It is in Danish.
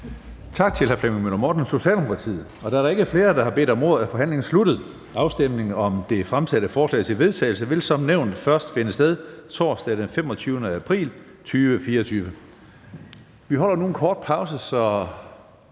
Tak til hr. Flemming Møller Mortensen, Socialdemokratiet. Da der ikke er flere, der har bedt om ordet, er forhandlingen sluttet. Afstemning om det fremsatte forslag til vedtagelse vil som nævnt først finde sted torsdag den 25. april 2024. Vi holder nu en kort pause, så